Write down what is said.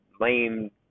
lame